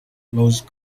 rose